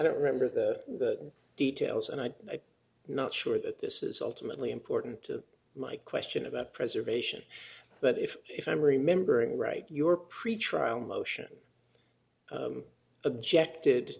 don't remember the details and i'm not sure that this is ultimately important to my question about preservation but if if i'm remembering right your pretrial motion objected